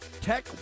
Tech